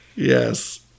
Yes